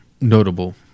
notable